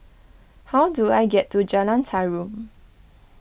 how do I get to Jalan Tarum